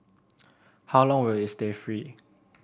how long will it stay free